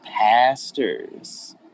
pastors